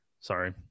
sorry